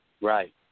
Right